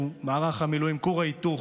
שהוא מערך המילואים: כור ההיתוך.